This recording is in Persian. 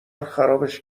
خرابش